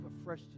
afresh